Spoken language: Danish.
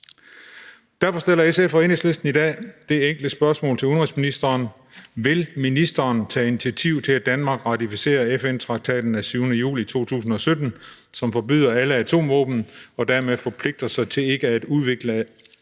Derfor stiller SF og Enhedslisten i bag det enkle spørgsmål til udenrigsministeren: Vil ministeren tage initiativ til, at Danmark ratificerer FN-traktaten af 7. juli 2017, som forbyder alle atomvåben, og dermed forpligter sig til ikke at udvikle,